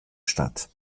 stadt